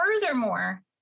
furthermore